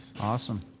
Awesome